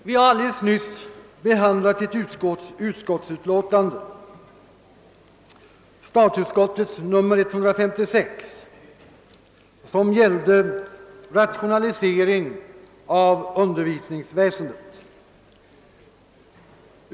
Vi har tidigare i dag behandlat ett utskottsutlåtande, statsutskottets utlåtan de nr 156, som gällde rationalisering av undervisningsväsendet.